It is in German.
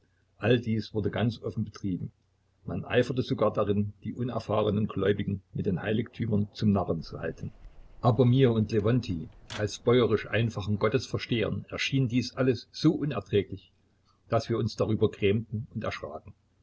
all dies wurde ganz offen betrieben man eiferte sogar darin die unerfahrenen gläubigen mit den heiligtümern zum narren zu halten aber mir und lewontij als bäuerisch einfachen gottesverehrern erschien dies alles so unerträglich daß wir uns darüber grämten und erschraken